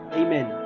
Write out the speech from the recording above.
amen